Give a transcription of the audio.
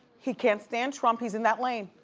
he can't stand trump, he's in that lane.